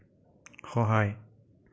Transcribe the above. সহায়